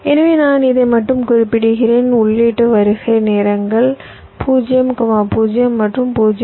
எனவே நான் இதை மட்டும் குறிப்பிடுகிறேன் உள்ளீட்டு வருகை நேரங்கள் 0 0 மற்றும் 0